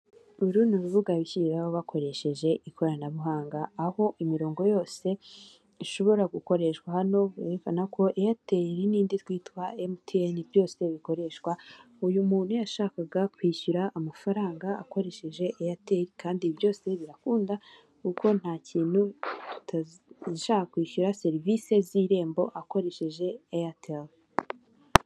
Uru urundi rubuga abishyiriraho bakoresheje ikoranabuhanga, aho imirongo yose ishobora gukoreshwa hano berekana ko eyateri n'indi twita emuyiyeni, byose bikoreshwa, uyu muntu yashakaga kwishyura amafaranga akoresheje eyateri, kandi byose birakunda kuko nta kintu yashakaga kwishyura serivisi z'irembo akoresheje eyateri.